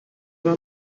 war